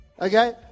Okay